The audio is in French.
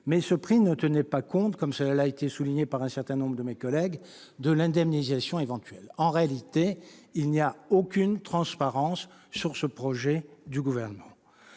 d'autant qu'il ne tient pas compte, comme cela a été souligné par un certain nombre de mes collègues, de l'indemnisation éventuelle. En réalité, il n'y a aucune transparence sur ce projet du Gouvernement.